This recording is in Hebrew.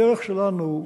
הדרך שלנו,